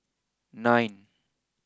nine